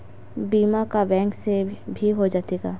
बीमा का बैंक से भी हो जाथे का?